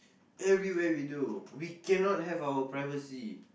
everywhere we go we cannot have our privacy